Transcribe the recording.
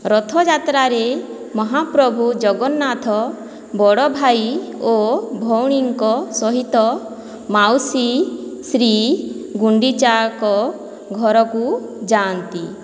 ରଥଯାତ୍ରାରେ ମହାପ୍ରଭୁ ଜଗନ୍ନାଥ ବଡ଼ ଭାଇ ଓ ଭଉଣୀଙ୍କ ସହିତ ମାଉସୀ ଶ୍ରୀ ଗୁଣ୍ଡିଚାଙ୍କ ଘରକୁ ଯାଆନ୍ତି